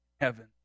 heaven